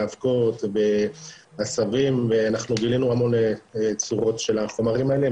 באבקות ובעשבים ואנחנו גילינו המון צורות של החומרים האלה,